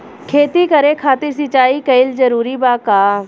खेती करे खातिर सिंचाई कइल जरूरी बा का?